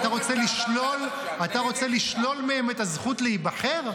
אתה רוצה לשלול מהם את הזכות להיבחר?